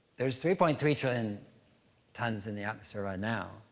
there's three point three trillion tons in the atmosphere right now.